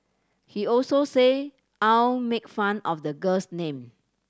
he also said Ao make fun of the girl's name